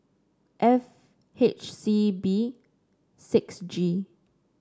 F H C B six G